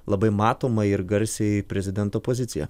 labai matomą ir garsiai prezidento poziciją